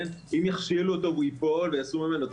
אם יכשילו אותו, הוא ייפול ויעשו ממנו צחוק?